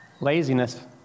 laziness